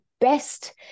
best